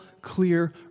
clear